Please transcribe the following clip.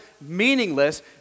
meaningless